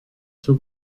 suo